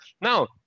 Now